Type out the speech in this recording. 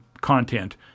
content